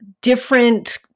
different